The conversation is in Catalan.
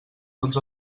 tots